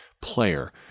player